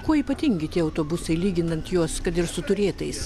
kuo ypatingi tie autobusai lyginant juos kad ir su turėtais